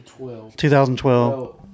2012